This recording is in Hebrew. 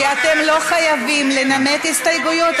כי אתם לא חייבים לנמק הסתייגויות,